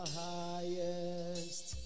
highest